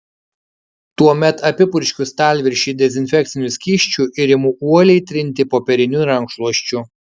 tuomet apipurškiu stalviršį dezinfekciniu skysčiu ir imu uoliai trinti popieriniu rankšluosčiu